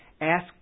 ask